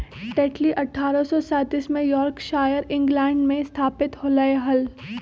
Tetley अठ्ठारह सौ सैंतीस में यॉर्कशायर, इंग्लैंड में स्थापित होलय हल